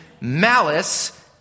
malice